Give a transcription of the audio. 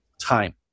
time